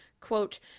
quote